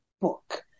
book